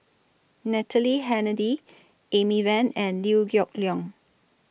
Natalie Hennedige Amy Van and Liew Geok Leong